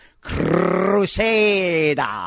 crusader